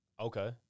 Okay